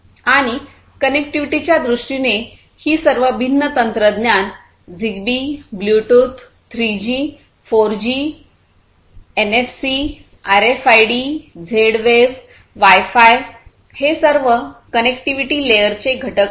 आणि कनेक्टिव्हिटीच्या दृष्टीने ही सर्व भिन्न तंत्रज्ञानझिगबीब्लूटूथ3जी4जीएनएफसी RFID Z wave wifi हे सर्व कनेक्टिव्हिटी लेयरचे घटक आहेत